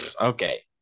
Okay